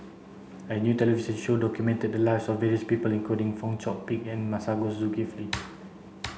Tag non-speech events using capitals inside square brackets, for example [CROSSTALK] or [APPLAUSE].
a new television show documented the lives of various people including Fong Chong Pik and Masagos Zulkifli [NOISE]